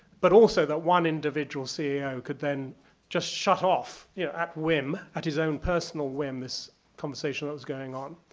but also that one individual ceo could then just shut off, yeah at whim, at his own personal whim, this conversation that was going on.